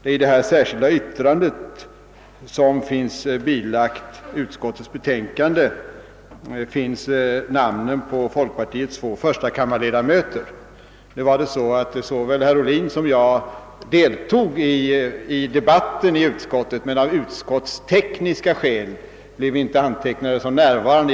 I det särskilda yttrande som är fogat till utskottets betänkande återfinns namnen på folkpartiets två förstakammarledamöter i utskottet. Såväl herr Ohlin som jag deltog i debatten inom utskottet, men av »utskottstekniska» skäl blev vi inte antecknade som närvarande.